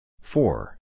Four